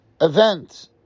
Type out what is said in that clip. event